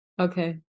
Okay